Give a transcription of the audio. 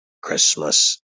Christmas